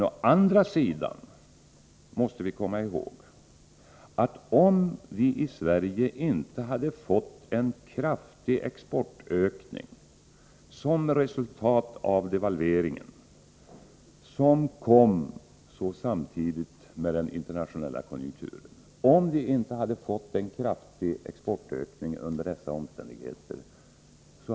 Å andra sidan måste vi komma ihåg att det hade varit något av en katastrof om inte Sverige hade fått en kraftig exportökning som resultat av devalveringen och den internationella högkonjunkturen, som kom samtidigt. Det är nästan självklart att exporten måste öka under dessa omständigheter.